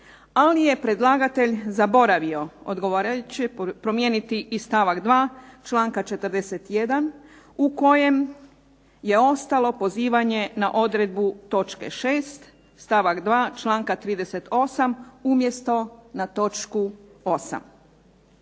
ali je predlagatelj zaboravio odgovarajuće promijeniti i stavak 2. članka 41. u kojem je ostalo pozivanje na odredbu točke 6. stavak 2. članka 38. umjesto na točku 8.